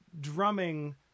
drumming